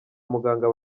muganga